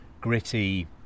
gritty